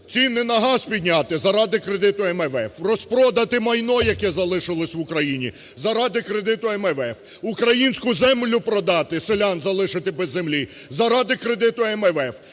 Ціни на газ підняти– заради кредиту МВФ. Розпродати майно, яке залишилось в Україні, – заради кредиту МВФ. Українську землю продати, селян залишити без землі – заради кредиту МВФ.